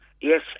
Yes